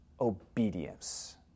obedience